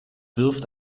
wirft